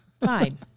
Fine